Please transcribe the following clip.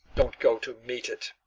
don't go to meet it.